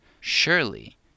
surely